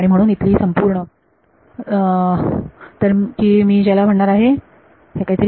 आणि म्हणून इथली ही संपूर्ण तर की मी ज्याला म्हणणार आहे काही